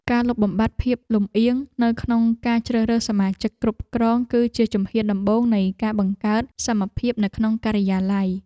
ការលុបបំបាត់ភាពលំអៀងនៅក្នុងការជ្រើសរើសសមាជិកគ្រប់គ្រង គឺជាជំហានដំបូងនៃការបង្កើតសមភាពនៅក្នុងការិយាល័យ។